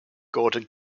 gordon